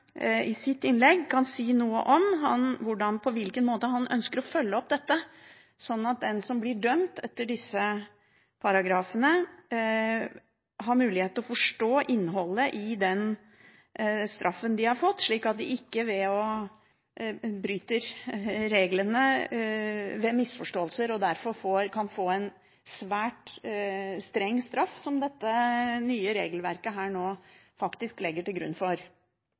i sitt innlegg kan si noe om hvordan han ønsker å følge opp dette, sånn at de som blir dømt etter disse paragrafene, har mulighet til å forstå innholdet i den straffen de har fått, slik at de ikke bryter reglene ved en misforståelse og dermed kan få en svært streng straff – som dette nye regelverket legger til grunn for.